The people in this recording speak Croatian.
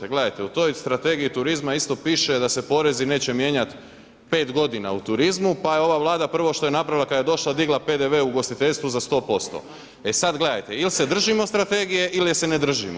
Gledajte, u toj strategiji turizma isto piše da se porezi neće mijenjat 5 godina u turizmu pa ova Vlada prvo što je napravila kad je došla digla PDV u ugostiteljstvu za 100%. sad gledajte, il se držimo strategije ili se ne držimo.